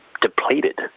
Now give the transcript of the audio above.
depleted